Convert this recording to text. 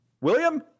William